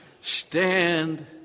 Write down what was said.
stand